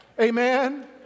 Amen